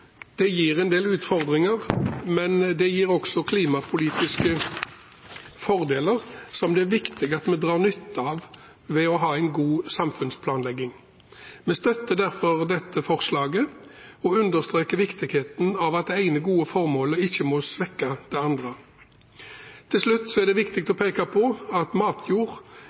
Det gir en del utfordringer, men det gir også klimapolitiske fordeler som det er viktig at vi drar nytte av med god samfunnsplanlegging. Vi støtter derfor dette forslaget og understreker viktigheten av at det ene gode formålet ikke må svekke det andre. Til slutt: Det er viktig at matjord